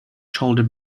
shoulder